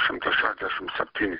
šimtas šešdešim septyni